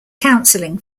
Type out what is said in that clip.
counselling